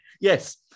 Yes